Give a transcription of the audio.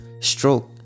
stroke